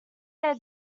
their